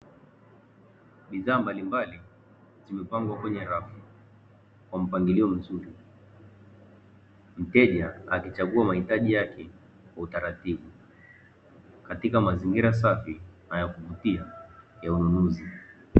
Bidhaa mbalimbali zimepangwa kwenye rafu kwa mpangilio mzuri, mteja akichagua mahitaji yake kwa utaratibu katika mazingira safi na ya kuvutia ya ununuzi.